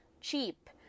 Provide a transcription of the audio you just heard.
Cheap